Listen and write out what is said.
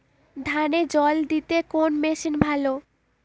ধানে জল দিতে কোন মেশিন ভালো?